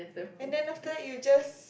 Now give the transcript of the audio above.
and then after that you just